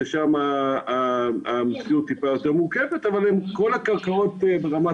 שם המציאות טיפה יותר מורכבת אבל בכל הקרקעות יהיו